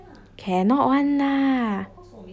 cannot [one] lah